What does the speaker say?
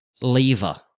lever